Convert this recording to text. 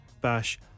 bash